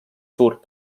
suurt